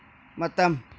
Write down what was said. ꯃꯇꯝ